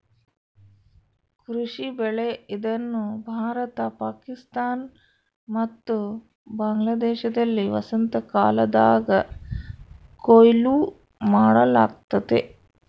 ಕೃಷಿ ಬೆಳೆ ಇದನ್ನು ಭಾರತ ಪಾಕಿಸ್ತಾನ ಮತ್ತು ಬಾಂಗ್ಲಾದೇಶದಲ್ಲಿ ವಸಂತಕಾಲದಾಗ ಕೊಯ್ಲು ಮಾಡಲಾಗ್ತತೆ